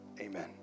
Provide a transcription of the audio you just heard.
Amen